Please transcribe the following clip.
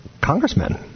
congressmen